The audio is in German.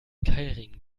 keilriemen